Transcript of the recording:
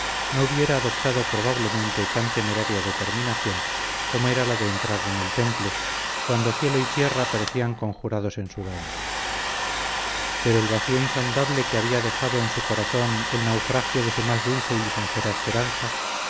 no hubiera adoptado probablemente tan temeraria determinación como era la de entrar en el temple cuando cielo y tierra parecían conjurados en su daño pero el vacío insondable que había dejado en su corazón el naufragio de su más dulce y lisonjera esperanza